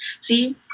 see